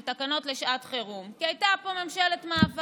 של תקנות לשעת חירום, כי הייתה פה ממשלת מעבר,